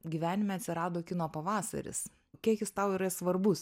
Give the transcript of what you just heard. gyvenime atsirado kino pavasaris kiek jis tau yra svarbus